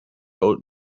old